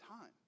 time